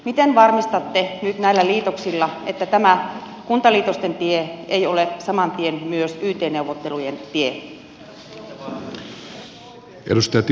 miten varmistatte nyt näillä liitoksilla että tämä kuntaliitosten tie ei ole saman tien myös yt neuvottelujen tie